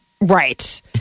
Right